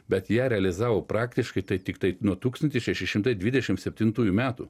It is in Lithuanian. bet ją realizavo praktiškai tai tiktai nuo tūkstantis šeši šimtai dvidešim septintųjų metų